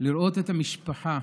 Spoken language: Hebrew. לראות את המשפחה,